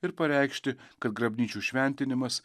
ir pareikšti kad grabnyčių šventinimas